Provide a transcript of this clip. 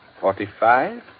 forty-five